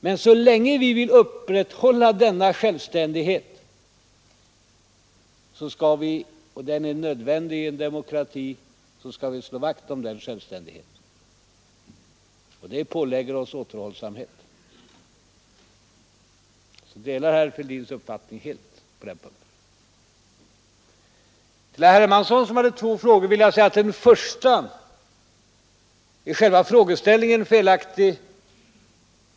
Men så länge vi vill upprätthålla denna självständighet — och den är nödvändig i en demokrati — skall vi slå vakt om den självständigheten. Det pålägger oss återhållsamhet. Jag delar alltså herr Fälldins uppfattning på den punkten. Till herr Hermansson, som framställde två spörsmål till mig, vill jag säga att i det första av dessa är själva frågeställningen felaktig.